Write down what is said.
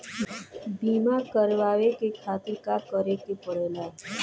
बीमा करेवाए के खातिर का करे के पड़ेला?